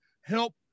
help